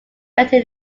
better